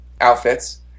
outfits